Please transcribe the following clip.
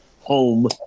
home